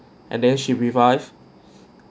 and then she revived